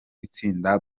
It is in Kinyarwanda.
itsinda